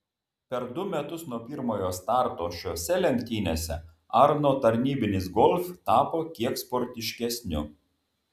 per du metus nuo pirmojo starto šiose lenktynėse arno tarnybinis golf tapo kiek sportiškesniu